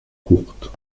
courte